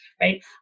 right